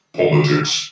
politics